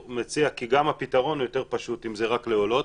מציע כי גם הפתרון הוא יותר פשוט אם זה רק לעולות.